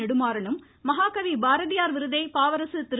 நெடுமாறனும் மகாகவி பாரதியார் விருதை பாவரசு திரு